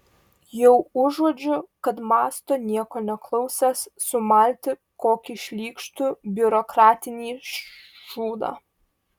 jau užuodžiu kad mąsto nieko neklausęs sumalti kokį šlykštų biurokratinį šūdą